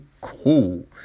cool